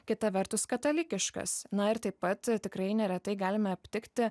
kita vertus katalikiškas na ir taip pat tikrai neretai galime aptikti